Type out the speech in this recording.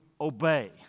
obey